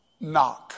knock